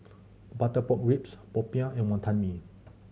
butter pork ribs popiah and Wonton Mee